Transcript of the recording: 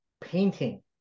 painting